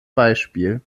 beispiel